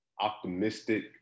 optimistic